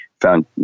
found